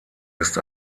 ist